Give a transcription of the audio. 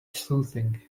soothing